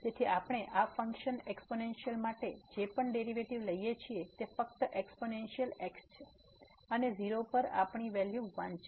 તેથી આપણે આ ફંક્શન એક્સપોંશનલ માટે જે પણ ડેરિવેટિવ લઈએ છીએ તે ફક્ત એક્સપોંશનલ x છે અને 0 પર આપણી વેલ્યુ 1 છે